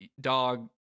dog